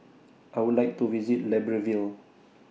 I Would like to visit Libreville